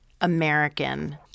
American